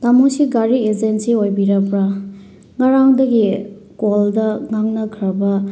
ꯇꯥꯃꯣꯁꯤ ꯒꯥꯔꯤ ꯑꯦꯖꯦꯟꯁꯤ ꯑꯣꯏꯕꯤꯔꯕ꯭ꯔꯥ ꯉꯔꯥꯡꯗꯒꯤ ꯀꯣꯜꯗ ꯉꯥꯡꯅꯈ꯭ꯔꯕ